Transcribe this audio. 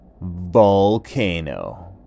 volcano